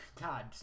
God